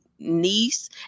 Niece